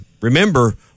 remember